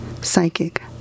Psychic